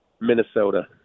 Minnesota